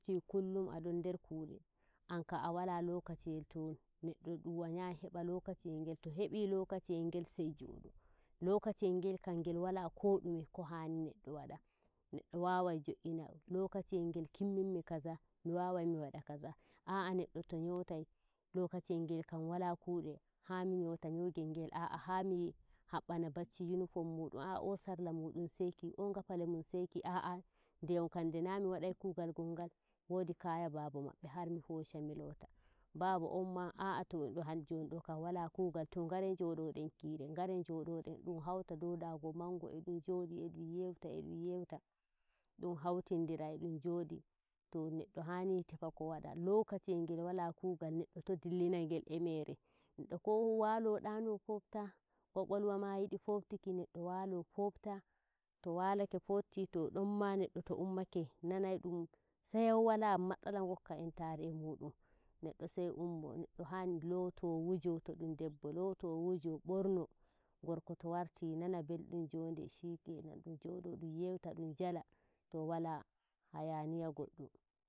Warti kullum aɗon nder kuuɗe, ankam a wala lokaciyel to neɗɗo dum wanyai heba lokaciyel ngel to heɓi lokaci yel ngel sai joɗo lokaci yel ngel kam ngel waala ko dume ko haani neɗɗo waada. Neddo wawai jo'ini lokaci yel ngel kinyin mi kaza mi wawai mi wada kaza. A'a neddo to nyotai lokaci yel ngel kam walaa kude haami nyota nyogel ngel a'ah hami habbana bacci uniform muɗum a'ah o sarlamudum seki or ngafali mun seki. A'a jonikam nde na mi wadai kuugal gongal wodi kaga Baba mabbe har mi hosha mi lota baba on ma 'aa to jonɗo kam wala kugal ngare nyododen ngare jododen dum hauti dow dago mango e ɗum njodi e dum yewta e dum yewta dum hauti ndira eɗum jooɗi. To neɗɗo haani tefa ko wala lokaciyel ngel wala kuugal neɗɗo to dilli na ngel e mere. Neddo ko walo ɗaccuno kofata kwakwalma yidu foftuki neɗɗo wala fota ko walake foti to ɗonma neɗɗo to ummake nanai dun sayau wala matsala gokka entare e muɗun. Neddo sai ummo. Neɗɗo haani looto wujo to ɗum debbo, loot wujo borno. Gorko to warti nana beldum jonden shikenan ɗun jodo ɗum yewta ɗum jala to wala hayaniya goddum.